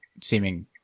seeming